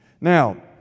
Now